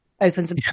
opens